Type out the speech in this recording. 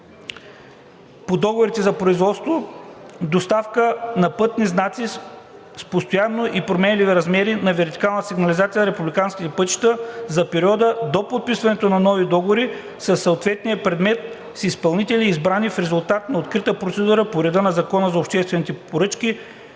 по договорите за производство, доставка и монтаж на пътни знаци с постоянни и променливи размери на вертикална сигнализация на републиканските пътища за периода до подписването на нови договори със съответния предмет с изпълнители, избрани в резултат на открити процедури по реда на Закона за обществените поръчки,